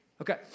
Okay